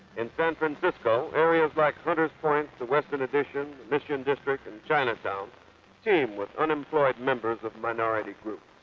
in san francisco, areas like hunter's point, the western um mission mission district, and chinatown teem with unemployed members of minority groups.